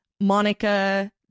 Monica